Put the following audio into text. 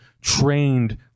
trained